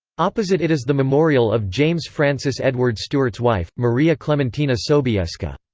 opposite it is the memorial of james francis edward stuart's wife, maria clementina sobieska.